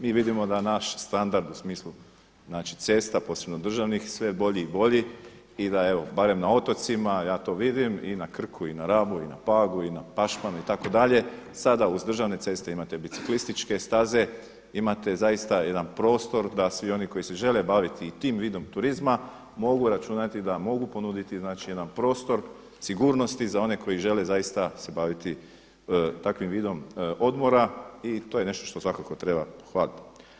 Mi vidimo da naš standard u smislu cesta posebno državnih, sve je bolji i bolji i da evo barem na otocima, ja to vidim i na Krku i na Rabu i na Pagu i na Pašmanu itd. sada uz državne ceste imate biciklističke staze, imate zaista jedan prostor da svi oni koji se žele baviti i tim vidom turizma mogu računati da mogu ponuditi jedan prostor sigurnosti za one koji žele zaista se baviti takvim vidom odmora i to je nešto što svakako treba pohvaliti.